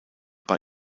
bei